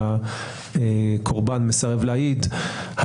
הקורבן מסרב להעיד,